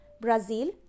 Brazil